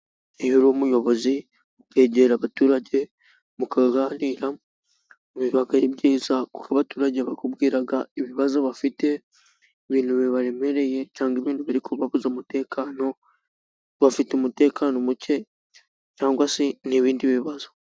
Iyo uri umuyobozi wegera abaturage mukaganira, biba ari byiza kuko abaturage bakubwira ibibazo bafite, ibintu bibaremereye cyangwa ibintu biri kubabuza umutekano, bafite umutekano muke cyangwa se n'ibindi bibazo.